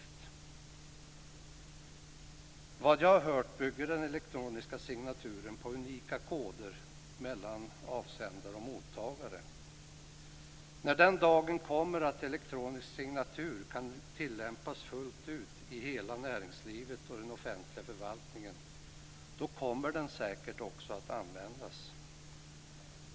Efter vad jag har hört bygger den elektroniska signaturen på unika koder mellan avsändare och mottagare. När den dagen kommer då elektronisk signatur kan tillämpas fullt ut i hela näringslivet och i den offentliga förvaltningen kommer den säkert också att användas.